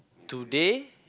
today